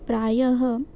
प्रायः